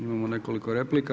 Imamo nekoliko replika.